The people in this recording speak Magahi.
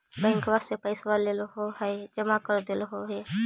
बैंकवा से पैसवा लेलहो है जमा कर देलहो हे?